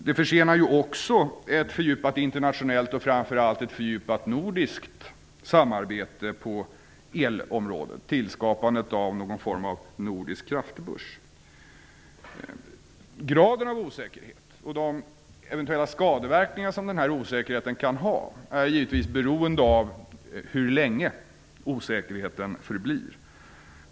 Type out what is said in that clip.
Det försenar också ett fördjupat internationellt, och framför allt ett fördjupat nordiskt, samarbete på elområdet och tillskapandet av en nordisk kraftbörs. Graden av osäkerhet och de eventuella skadeverkningar som osäkerheten kan medföra är givetvis beroende av hur länge osäkerheten förblir.